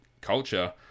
culture